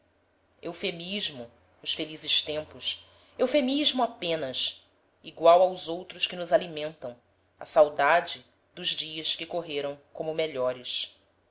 ultrajam eufemismo os felizes tempos eufemismo apenas igual aos outros que nos alimentam a saudade dos dias que correram como melhores